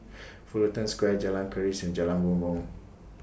Fullerton Square Jalan Keris and Jalan Bumbong